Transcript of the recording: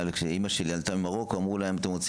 כשאימא שלי עלתה ממרוקו שאלו אותה: "אתם רוצים